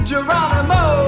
Geronimo